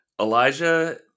Elijah